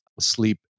sleep